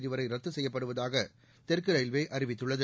தேதிவரை ரத்து செய்யப்படுவதாக தெற்கு ரயில்வே அறிவித்துள்ளது